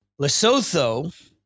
Lesotho